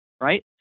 right